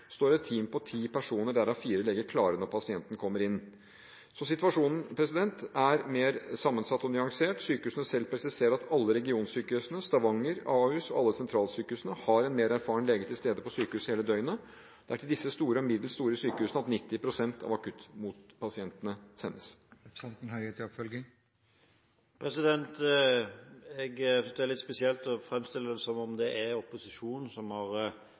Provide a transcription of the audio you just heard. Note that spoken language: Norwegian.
står et team på ti personer, derav fire leger, klare når pasienten kommer inn. Så situasjonen er mer sammensatt og nyansert. Sykehusene selv presiserer at alle regionsykehusene, Stavanger universitetssykehus, Ahus og alle sentralsykehusene, har en mer erfaren lege til stede på sykehuset hele døgnet. Det er til disse store og middels store sykehusene at 90 pst. av akuttpasientene sendes. Jeg synes det er litt spesielt å framstille det som om det er opposisjonen som har